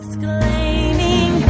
Exclaiming